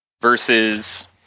versus